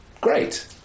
great